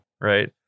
right